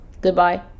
goodbye